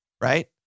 right